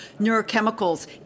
neurochemicals